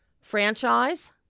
franchise